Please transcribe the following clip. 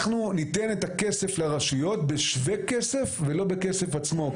אנחנו ניתן את הכסף לרשויות בשווה כסף ולא בכסף עצמו.